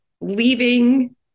leaving